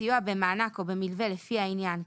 סיוע במענק או במלווה לפי העניין,